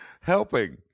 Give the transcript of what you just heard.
helping